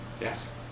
Yes